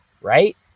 right